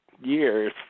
years